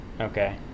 Okay